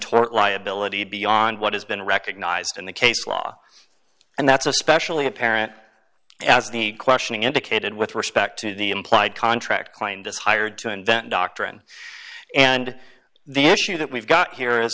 tort liability beyond what has been recognized in the case law and that's especially apparent as the questioning indicated with respect to the implied contract claimed as hired to invent a doctrine and the issue that we've got here is